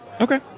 Okay